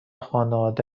خانواده